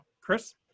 Chris